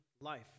life